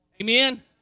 Amen